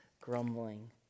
grumbling